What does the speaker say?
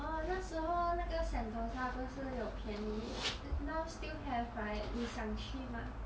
orh 那时候那个 sentosa 不是有便宜 n~ now still have right 你想去吗